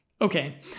Okay